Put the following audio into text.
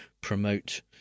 promote